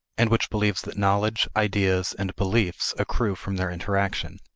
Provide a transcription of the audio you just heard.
and which believes that knowledge, ideas, and beliefs accrue from their interaction.